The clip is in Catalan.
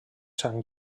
sant